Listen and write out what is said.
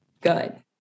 good